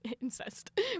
incest